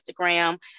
Instagram